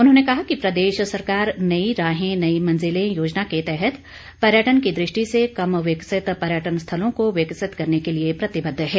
उन्होंने कहा कि प्रदेश सरकार नई राहें नई मंजिलें योजना के तहत पर्यटन की दृष्टि से कम विकसित पर्यटन स्थलों को विकसित करने के लिए प्रतिबद्ध है